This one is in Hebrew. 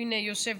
הינה, יושב